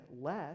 less